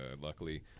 luckily